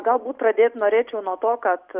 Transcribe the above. galbūt pradėt norėčiau nuo to kad